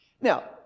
Now